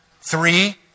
Three